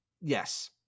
Yes